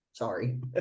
sorry